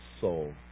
soul